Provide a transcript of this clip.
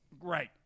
Right